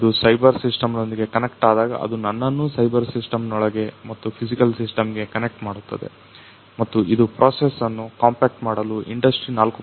ಅದು ಸೈಬರ್ ಸಿಸ್ಟಮ್ನೊಂದಿಗೆ ಕನೆಕ್ಟ್ ಆದಾಗ ಅದು ನನ್ನನ್ನು ಸೈಬರ್ ಸಿಸ್ಟಮ್ಗಳಿಗೆ ಮತ್ತು ಫಿಸಿಕಲ್ ಸಿಸ್ಟಮ್ಗೆ ಕನೆಕ್ಟ್ ಮಾಡುತ್ತದೆ ಮತ್ತು ಇದು ಪ್ರೋಸೆಸ್ ಅನ್ನು ಕಾಂಪ್ಯಾಕ್ಟ್ ಮಾಡಲು ಇಂಡಸ್ಟ್ರಿ 4